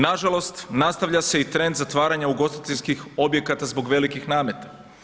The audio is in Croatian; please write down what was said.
Nažalost, nastavlja se i trend zatvaranja ugostiteljskih objekata zbog velikih nameta.